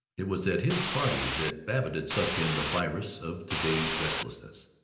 it was at his party that babbitt had sucked in the virus of to-day's restlessness.